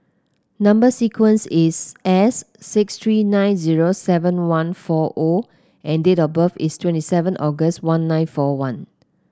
number sequence is S six three nine zero seven one four O and date of birth is twenty seven August one nine four one